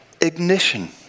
ignition